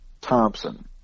Thompson